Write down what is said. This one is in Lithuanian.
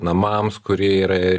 namams kurie yra